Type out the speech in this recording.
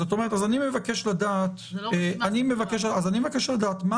אני מבקש לדעת מה